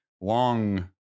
long